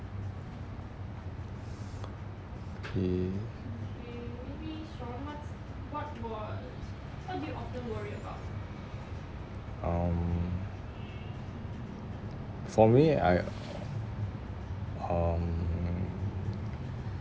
K um for me I um